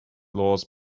laws